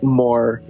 more